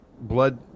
blood